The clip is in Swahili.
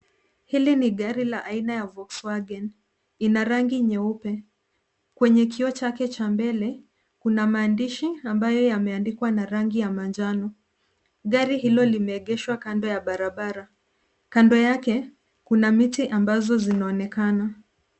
Hili ni gari la aina ya Volkswagen, ina rangi nyeupe. Kwenye kioo chake cha mbele, kuna maandishi ambayo yameandikwa na rangi ya manjano. Gari hilo limeegeshwa kando ya barabara. Kando yake kuna miti ambazo zinaonekana.